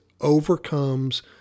overcomes